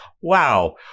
Wow